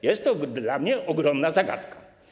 Jest to dla mnie ogromna zagadka.